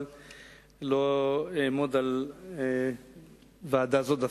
אבל לא אעמוד על ועדה זו דווקא.